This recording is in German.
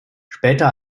später